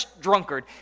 drunkard